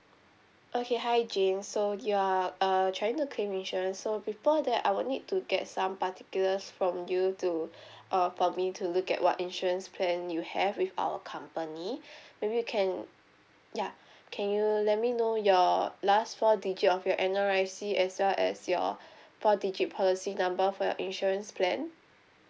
okay hi jane so you are uh trying to claim insurance so before that I will need to get some particulars from you to err for me to look at what insurance plan you have with our company maybe you can ya can you let me know your last four digit of your N_R_I_C as well as your four digit policy number for your insurance plan